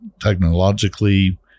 technologically